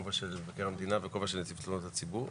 כובע של מבקר המדינה וכובע של נציב תלונות הציבור,